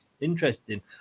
Interesting